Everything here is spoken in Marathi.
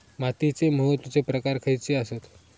मातीचे महत्वाचे प्रकार खयचे आसत?